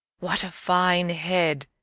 what a fine head!